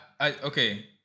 okay